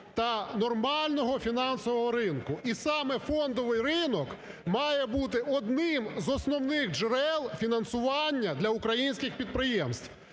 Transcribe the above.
та нормального фінансового ринку. І саме фондовий ринок має буди одним з основних джерел фінансування для українських підприємств.